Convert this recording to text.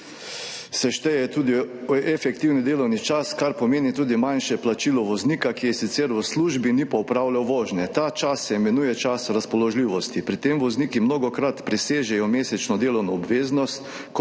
se šteje tudi efektivni delovni čas, kar pomeni tudi manjše plačilo voznika, ki je sicer v službi, ni po opravljal vožnje. Ta čas se imenuje čas razpoložljivosti, pri tem pa vozniki mnogokrat presežejo mesečno delovno obveznost